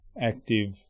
active